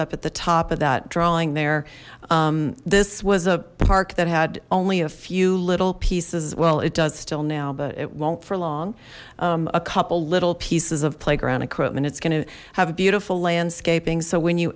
up at the top of that drawing there this was a park that had only a few little pieces well it does still now but it won't for long a couple little pieces of playground equipment it's gonna have a beautiful landscaping so when you